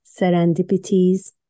serendipities